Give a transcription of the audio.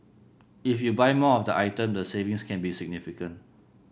if you buy more of the item the savings can be significant